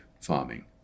farming